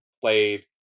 played